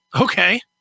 Okay